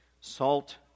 salt